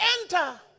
enter